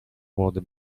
młody